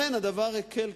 אכן הדבר הקל,